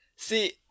See